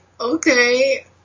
okay